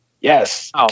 yes